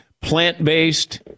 plant-based